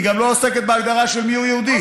היא גם לא עוסקת בהגדרה של מי הוא יהודי.